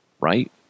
right